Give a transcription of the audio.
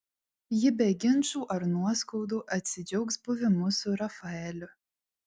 ji be ginčų ar nuoskaudų atsidžiaugs buvimu su rafaeliu